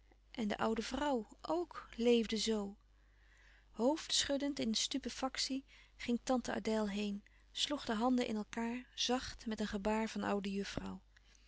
en de oude vrouw ook leefde zoo hoofdschuddend in stupefactie ging tante adèle heen sloeg de handen in elkaâr zacht met een gebaar van oude juffrouw